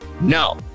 No